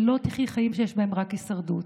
שלא תחיי חיים שיש בהם רק הישרדות,